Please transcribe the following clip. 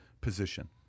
position